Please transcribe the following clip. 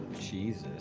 Jesus